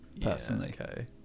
Personally